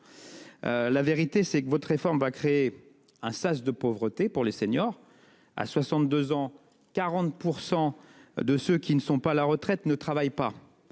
La vérité c'est que votre réforme va créer un sas de pauvreté pour les seniors. À 62 ans, 40% de ceux qui ne sont pas à la retraite ne travaille pas.